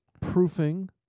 proofing